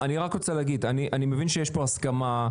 אני רוצה להגיד: אני מבין שיש פה סכמה,